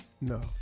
no